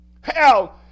Hell